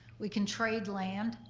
we can trade land,